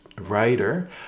writer